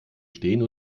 stehen